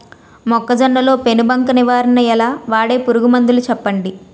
మొక్కజొన్న లో పెను బంక నివారణ ఎలా? వాడే పురుగు మందులు చెప్పండి?